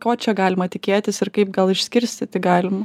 ko čia galima tikėtis ir kaip gal išskirstyti galim